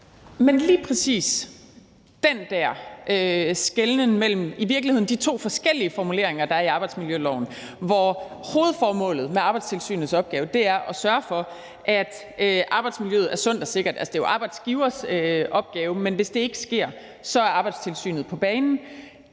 til lige præcis den der skelnen mellem de to forskellige formuleringer, der er i arbejdsmiljøloven, er hovedformålet med Arbejdstilsynets opgave at sørge for, at arbejdsmiljøet er sundt og sikkert. Det er jo arbejdsgivers opgave, men hvis det ikke sker, er Arbejdstilsynet på banen,